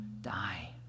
die